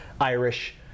Irish